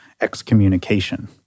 excommunication